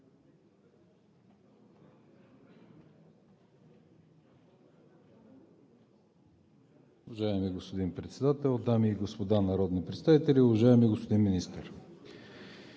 Уважаеми господин Председател, дами и господа народни представители! Уважаеми господин Министър,